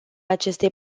acestei